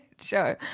show